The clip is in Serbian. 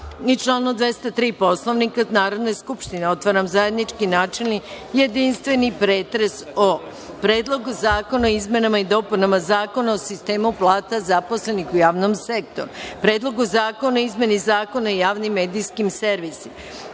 i članu 203. Poslovnika Narodne skupštine, otvaram zajednički načelni i jedinstveni pretres o: Predlogu zakona o izmenama i dopunama Zakona o sistemu plata zaposlenih u javnom sektoru; Predlogu zakona o izmeni Zakona o javnim medijskim servisima;